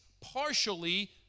partially